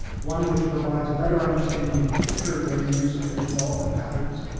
one which provides a better understanding of future land use and redevelop patterns,